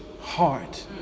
heart